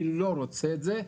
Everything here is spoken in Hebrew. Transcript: אני לא רוצה את זה,